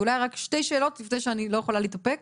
ואולי רק שתי שאלות לפני, שאני לא יכולה להתאפק.